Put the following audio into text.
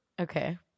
Okay